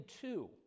two